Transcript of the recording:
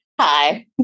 Hi